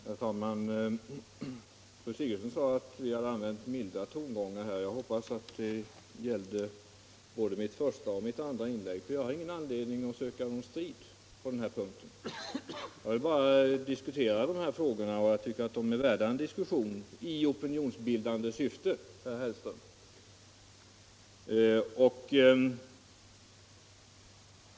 Herr talman! Fru Sigurdsen sade att vi har använt milda tongångar. Jag hoppas att det gällde både mitt första och mitt andra inlägg. Jag har ingen anledning att söka strid i de här frågorna. Jag vill bara diskutera dem, och jag tycker att de är värda en diskussion i opinionsbildande syfte, herr Hellström.